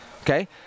okay